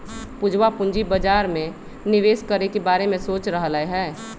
पूजवा पूंजी बाजार में निवेश करे के बारे में सोच रहले है